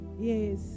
Yes